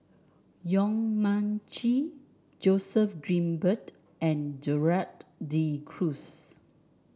Yong Mun Chee Joseph Grimberg and Gerald De Cruz